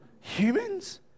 humans